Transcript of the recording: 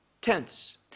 tense